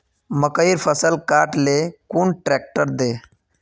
मकईर फसल काट ले कुन ट्रेक्टर दे?